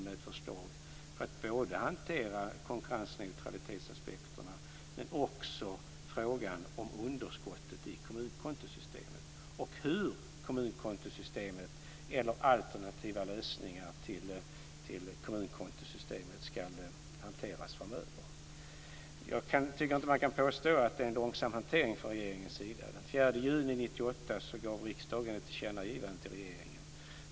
Då lägger vi fram ett förslag för att hantera aspekterna som rör konkurrensneutraliteten, frågan om underskottet i kommunkontosystemet och frågan om hur kommunkontosystemet eller alternativa lösningar till kommunkontosystemet ska behandlas framöver. Jag tycker inte att man kan påstå att det är en långsam hantering från regeringens sida. Den 4 juni 1998 gjorde riksdagen ett tillkännagivande till regeringen.